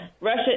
Russia